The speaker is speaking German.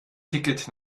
ticket